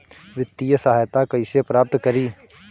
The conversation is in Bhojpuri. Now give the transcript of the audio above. वित्तीय सहायता कइसे प्राप्त करी?